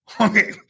Okay